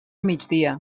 migdia